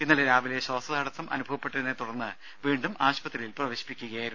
ഇന്നലെ രാവിലെ ശ്വാസതടസ്സം അനുഭവപ്പെട്ടതിനെത്തുടർന്ന് വീണ്ടും ആശുപത്രിയിൽ പ്രവേശിപ്പിക്കുകയായിരുന്നു